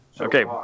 Okay